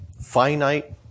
finite